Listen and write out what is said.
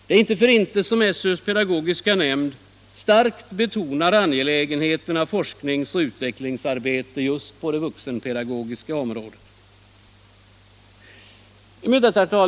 Det är inte för intet som SÖ:s pedagogiska nämnd starkt betonar det angelägna i forskningsoch utvecklingsarbetet just på det vuxenpedagogiska området.